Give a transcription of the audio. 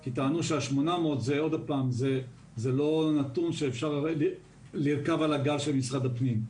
כי טענו שה-800 זה לא נתון שאפשר לרכב על הגב של משרד הפנים.